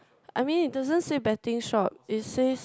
I mean it doesn't say betting shop it says